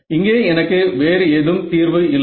இங்கே எனக்கு வேறு ஏதும் தீர்வு இல்லை